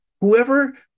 Whoever